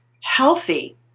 healthy